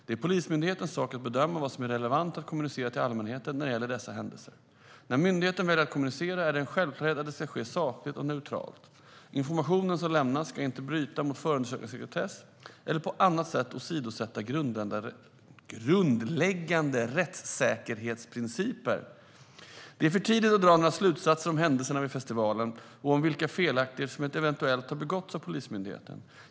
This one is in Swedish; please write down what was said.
Det är Polismyndighetens sak att bedöma vad som är relevant att kommunicera till allmänheten när det gäller dessa händelser. När myndigheten väljer att kommunicera är det en självklarhet att det ska ske sakligt och neutralt. Informationen som lämnas ska inte bryta mot förundersökningssekretess eller på annat sätt åsidosätta grundläggande rättssäkerhetsprinciper. Det är för tidigt att dra några slutsatser om händelserna vid festivalen och om vilka felaktigheter som eventuellt har begåtts av Polismyndigheten.